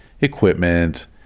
equipment